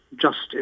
justice